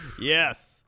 Yes